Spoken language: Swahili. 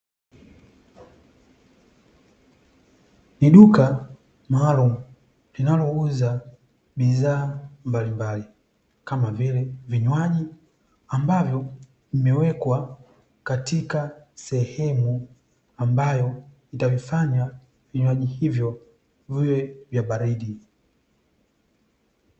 Ni duka maalum linalouza bidhaa mbalimbali kama vile vinywaji, ambavyo vimewekwa katika sehemu ambayo itavifanya vinywaji hivyo viwe vya baridi.